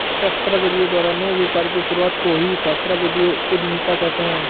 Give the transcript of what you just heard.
सहस्राब्दियों द्वारा नए व्यापार की शुरुआत को ही सहस्राब्दियों उधीमता कहते हैं